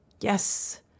Yes